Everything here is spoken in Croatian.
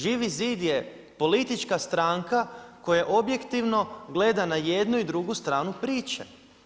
Živi zid je politička stranka koja objektivno gleda na jednu i drugu stranu priče.